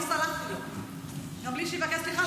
אני סלחתי לו גם בלי שיבקש סליחה,